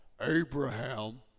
Abraham